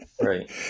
Right